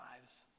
lives